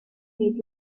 made